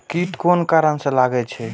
कीट कोन कारण से लागे छै?